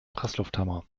presslufthammer